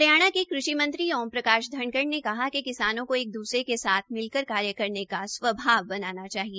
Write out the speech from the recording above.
हरियाणा के कृषि मंत्री ओम प्रकाश धनखड़ ने कहा कि किसानों को एक दूसरे के साथ मिलकर कार्य करने का स्वभाव बनाना चाहिए